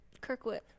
Kirkwood